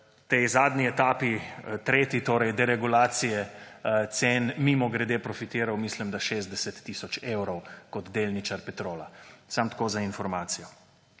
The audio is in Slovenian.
tej zadnji etapi, tretji torej, deregulacije cen mimogrede profitiral, mislim, da 60 tisoč evrov kot delničar Petrola. Samo toliko za informacijo.